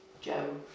Joe